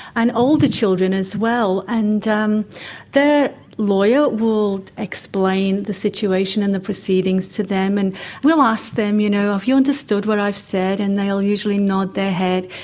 and older children as well. and um their lawyer will explain the situation and the proceedings to them and will ask them, you know, have you understood what i have said? and they'll usually nod their head.